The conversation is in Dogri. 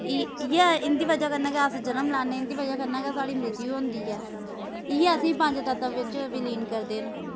ई इ'यै इं'दी बजह कन्नै गै अस जनम लैन्ने इं'दे बजह् कन्नै गै साढ़ी मृत्यु हुंदी ऐ इयै असें पंज तत्व बिच्च विलीन करदे न